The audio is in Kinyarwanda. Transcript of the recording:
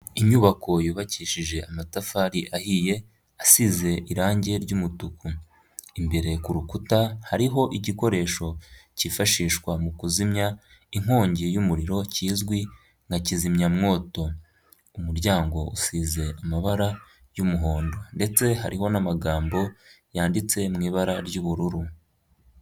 Inyubako yubakishije amatafari ahiye asize irangi ry'umutuku, imbere ku rukuta hariho igikoresho cyifashishwa mu kuzimya inkongi y'umuriro kizwi nka kizimyamwoto. Umuryango usize amabara y'umuhondo ndetse hariho n'amagambo yanditse mu ibara ry'ubururu.